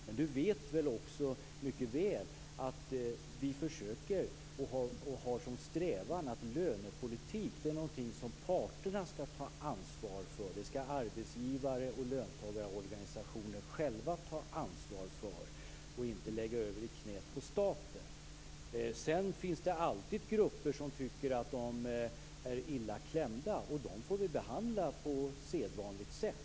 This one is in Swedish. Men Holger Gustafsson vet väl också att vår strävan är att parterna skall ta ansvar för lönepolitiken. Det skall arbetsgivarorganisationerna och löntagarorganisationerna själva ta ansvar för och inte lägga över i knät på staten. Sedan finns det alltid grupper som tycker att de är illa klämda, och dem får vi behandla på sedvanligt sätt.